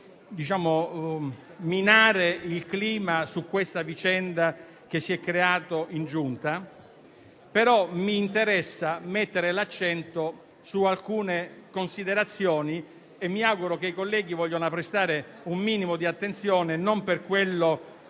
minare il clima che si è creato in Giunta su questa vicenda, però mi interessa mettere l'accento su alcune considerazioni e mi auguro che i colleghi vogliano prestare un minimo di attenzione non per la